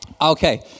Okay